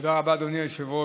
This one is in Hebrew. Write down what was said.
תודה רבה, אדוני היושב-ראש.